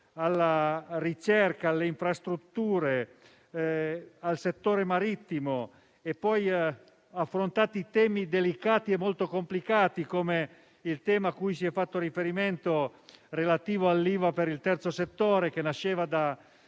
alla ricerca, alle infrastrutture, al settore marittimo. Si sono affrontati temi delicati e molto complicati, come il tema cui si è fatto riferimento relativo all'IVA per il terzo settore, che nasceva da